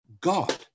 God